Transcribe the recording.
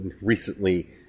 recently